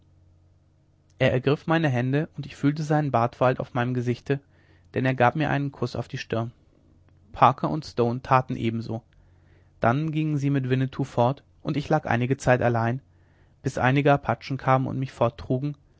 er ergriff meine hände und ich fühlte seinen bartwald auf meinem gesichte denn er gab mir einen kuß auf die stirn parker und stone taten ebenso dann gingen sie mit winnetou fort und ich lag einige zeit allein bis einige apachen kamen und mich forttrugen